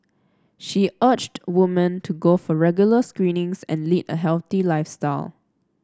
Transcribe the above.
she urged woman to go for regular screenings and lead a healthy lifestyle